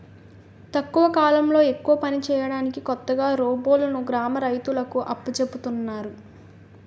తక్కువ కాలంలో ఎక్కువ పని చేయడానికి కొత్తగా రోబోలును గ్రామ రైతులకు అప్పజెపుతున్నారు